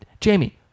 Jamie